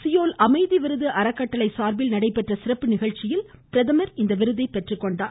Seoul அமைதி விருது அறக்கட்டளை சார்பில் நடைபெற்ற சிறப்பு நிகழ்ச்சியில் பிரதமர் இந்த விருதை பெற்றுக் கொண்டார்